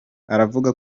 aravuga